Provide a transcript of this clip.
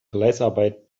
fleißarbeit